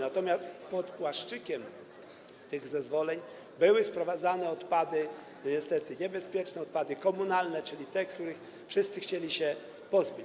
Natomiast pod płaszczykiem tych zezwoleń były sprowadzane odpady, niestety niebezpieczne, odpady komunalne, czyli te, których wszyscy chcieli się pozbyć.